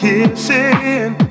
Kissing